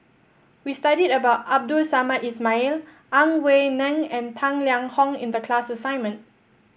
we studied about Abdul Samad Ismail Ang Wei Neng and Tang Liang Hong in the class assignment